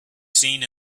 seen